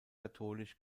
katholisch